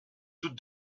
doute